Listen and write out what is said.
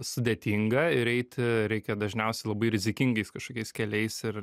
sudėtinga ir eiti reikia dažniausiai labai rizikingais kažkokiais keliais ir